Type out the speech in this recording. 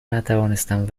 نتوانستم